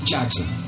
Jackson